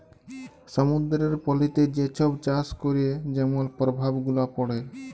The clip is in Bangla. সমুদ্দুরের পলিতে যে ছব চাষ ক্যরে যেমল পরভাব গুলা পড়ে